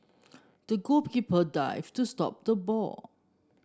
the goalkeeper dived to stop the ball